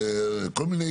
כל מיני,